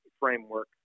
framework